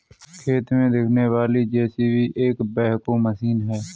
खेत में दिखने वाली जे.सी.बी एक बैकहो मशीन है